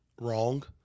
wrong